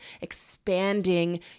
expanding